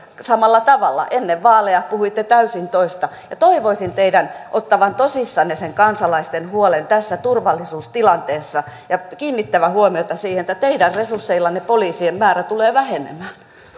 samalla tavalla ennen vaaleja puhuitte täysin toista toivoisin teidän ottavan tosissanne sen kansalaisten huolen tässä turvallisuustilanteessa ja kiinnittävän huomiota siihen että teidän resursseillanne poliisien määrä tulee vähenemään